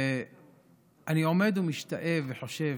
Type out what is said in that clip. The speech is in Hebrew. אני עומד ומשתאה וחושב: